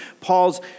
Paul's